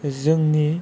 जोंनि